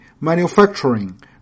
manufacturing